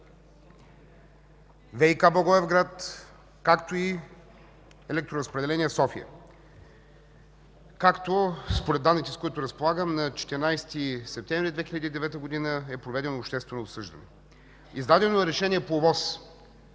ВиК – Благоевград, както и „Електроразпределение – София”. Според данните, с които разполагам, на 14 септември 2009 г. е проведено общественото обсъждане. Издадено е решение по ОВОС